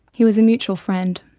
he was a mutual friend.